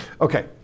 Okay